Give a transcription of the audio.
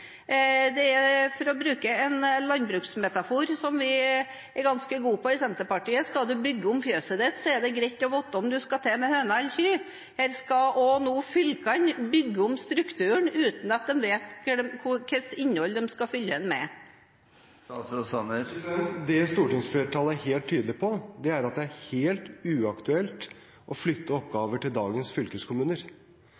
For å bruke en landbruksmetafor som vi er ganske gode på i Senterpartiet: Skal du bygge om fjøset ditt, er det greit å vite om du skal til med høner eller kyr. Her skal nå fylkene bygge om strukturen uten at de vet hvilket innhold de skal fylle den med. Det stortingsflertallet er helt tydelig på, er at det er helt uaktuelt å flytte